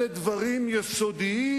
אלה דברים יסודיים,